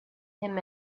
him